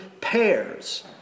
pairs